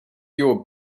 your